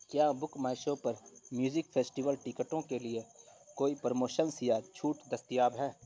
کیا book my show پر music festival ٹکٹوں کے لیے کوئی پروموشنز یا چھوٹ دستیاب ہے